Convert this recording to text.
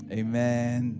amen